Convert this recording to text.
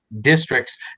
districts